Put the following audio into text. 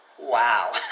Wow